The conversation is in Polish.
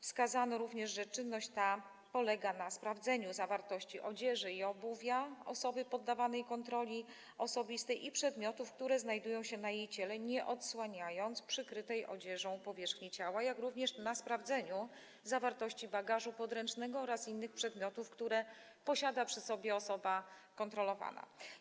Wskazano również, że czynność ta polega na sprawdzeniu zawartości odzieży i obuwia osoby poddawanej kontroli osobistej oraz przedmiotów, które znajdują się na jej ciele, bez odsłaniania przykrytej odzieżą powierzchni ciała, jak również na sprawdzeniu zawartości bagażu podręcznego oraz innych przedmiotów, które posiada przy sobie osoba kontrolowana.